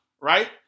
right